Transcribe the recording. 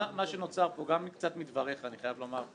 מה שנוצר פה, גם קצת מדבריך אני חייב לומר.